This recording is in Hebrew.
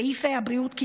בסעיפי הבריאות,